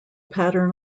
pattern